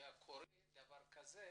כשקורה דבר כזה